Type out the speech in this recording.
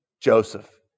Joseph